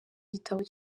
gitabo